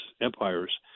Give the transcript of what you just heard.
empires